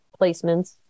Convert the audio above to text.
placements